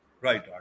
Right